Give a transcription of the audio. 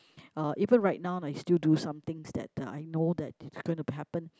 uh even right now I still do somethings that uh I know that it's gonna to happen